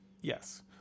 Yes